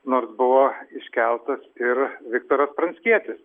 nors buvo iškeltas ir viktoras pranckietis